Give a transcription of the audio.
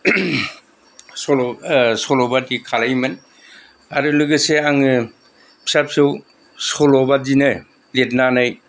सल'बादि खालामोमोन आरो लोगोसे आङो फिसा फिसौ सल'बादिनो लिरनानै